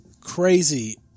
crazy